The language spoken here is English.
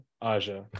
aja